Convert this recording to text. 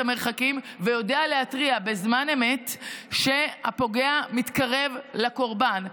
בודק את המרחקים ויודע להתריע בזמן אמת שהפוגע מתקרב לקורבן.